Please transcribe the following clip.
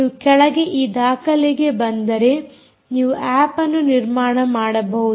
ನೀವು ಕೆಳಗೆ ಈ ದಾಖಲೆಗೆ ಬಂದರೆ ನೀವು ಆಪ್ಅನ್ನು ನಿರ್ಮಾಣ ಮಾಡಬಹುದು